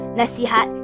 nasihat